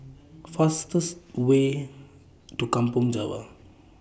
fastest Way to Kampong Java